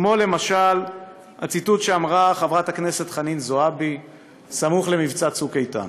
כמו למשל הציטוט שאמרה חברת הכנסת חנין זועבי סמוך למבצע "צוק איתן":